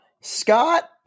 Scott